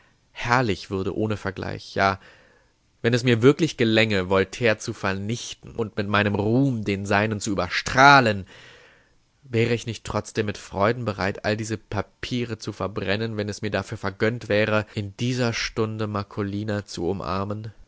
herrlich würde ohne vergleich ja wenn es mir wirklich gelänge voltaire zu vernichten und mit meinem ruhm den seinen zu überstrahlen wäre ich nicht trotzdem mit freuden bereit all diese papiere zu verbrennen wenn es mir dafür vergönnt wäre in dieser stunde marcolina zu umarmen